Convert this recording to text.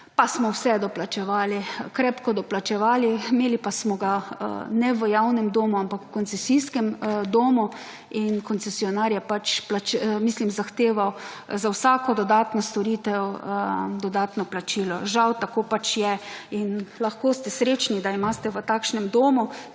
pa smo vse doplačevali, krepko doplačevali, imeli pa smo ga ne v javnem domu, ampak v koncesijskem domu in koncesionar je zahteval za vsako dodatno storitev dodatno plačilo. Žal tako pač je in lahko ste srečni, da imate v takšnem domu,